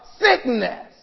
sickness